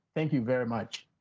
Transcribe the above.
thank you, very much.